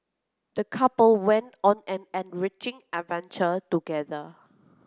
the couple went on an enriching adventure together